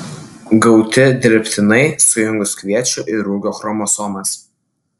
gauti dirbtinai sujungus kviečio ir rugio chromosomas